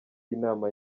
y‟inama